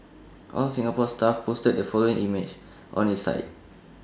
All Singapore Stuff posted the following image on its site